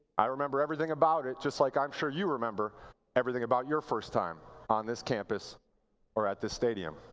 i remember everything about it, just like i am sure you remember everything about your first time on this campus or at this stadium.